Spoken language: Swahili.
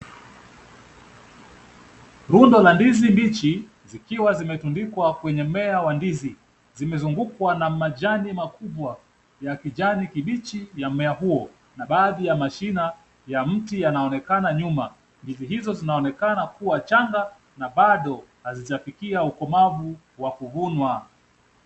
Rundo la ndizi mbichi zikiwa zimetundikwa kwenye mmea wa ndizi. Zimezungukwa na majani makubwa ya kijani kibichi ya mmea huo na baadhi ya mashina ya mti yanaonekana nyuma. Ndizi hizo zinaonekana kuwa changa na bado hazijafikia ukomavu wa kuvunwa.